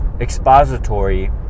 expository